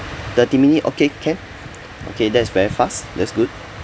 thirty minute okay can okay that is very fast that's good